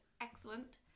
Excellent